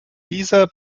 dieser